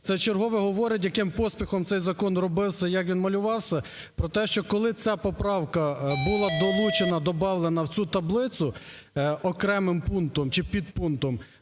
це вчергове говорить, яким поспіхом цей закон робився, як він малювався, про те, що коли ця поправка була долучена, добавлена в цю таблицю окремим пунктом чи підпунктом,